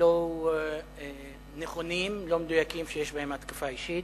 לא נכונים, לא מדויקים, שיש בהם התקפה אישית.